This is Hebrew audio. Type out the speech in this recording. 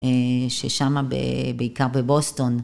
ששמה בעיקר בבוסטון.